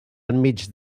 enmig